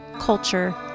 culture